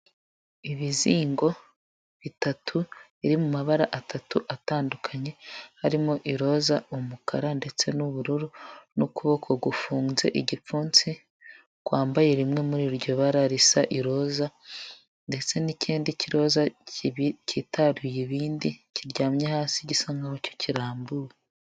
Ibizingo bitatu biri mu mabara atatu atandukanye harimo: iroza, umukara, ndetse n'ubururu n'ukuboko gufunze igipfunsi kwambaye rimwe muri iryo bara risa iroza, ndetse n'ikindi kiroza kibi cyitaruye ibindi kiryamye hasi gisa nkaho kirambuye.